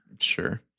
Sure